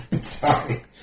sorry